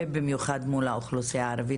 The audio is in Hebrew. ובמיוחד מול האוכלוסייה הערבית,